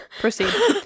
proceed